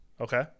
Okay